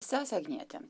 sese agniete